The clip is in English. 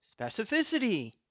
specificity